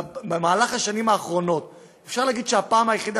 במהלך השנים האחרונות אפשר להגיד שהפעם היחידה